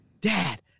Dad